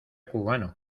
cubano